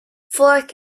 vork